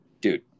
dude